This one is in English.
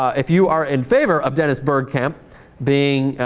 if you are in favor of dennis byrd camp being